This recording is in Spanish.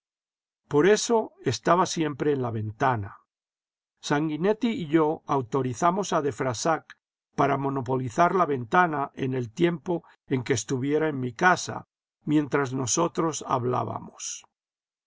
por eso estaba siempre en la ventana sanguinetti y yo autorizamos a de frassac para monopolizar la ventana en el tiempo en que estuviera en mi casa mientras nosotros hablábamos